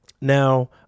Now